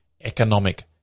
economic